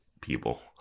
people